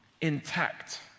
intact